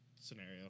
scenario